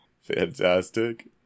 fantastic